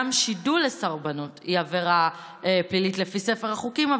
גם שידול לסרבנות הוא עבירה פלילית לפי ספר החוקים.